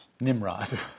Nimrod